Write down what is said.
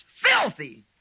filthy